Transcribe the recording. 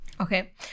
Okay